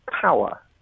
power